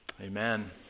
Amen